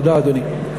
תודה, אדוני.